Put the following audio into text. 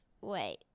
Wait